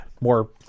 more